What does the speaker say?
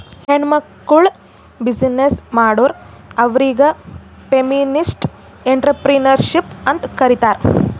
ಹೆಣ್ಮಕ್ಕುಳ್ ಬಿಸಿನ್ನೆಸ್ ಮಾಡುರ್ ಅವ್ರಿಗ ಫೆಮಿನಿಸ್ಟ್ ಎಂಟ್ರರ್ಪ್ರಿನರ್ಶಿಪ್ ಅಂತ್ ಕರೀತಾರ್